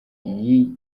y’i